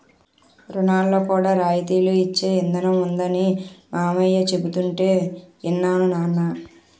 రుణాల్లో కూడా రాయితీలు ఇచ్చే ఇదానం ఉందనీ మావయ్య చెబుతుంటే యిన్నాను నాన్నా